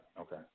okay